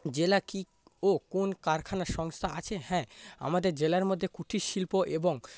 জেলা কি ও কোনো কারখানা সংস্থা আছে হ্যাঁ আমাদের জেলার মধ্যে কুটির শিল্প এবং